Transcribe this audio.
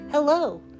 Hello